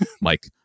Mike